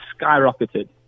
skyrocketed